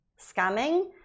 scamming